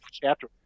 chapter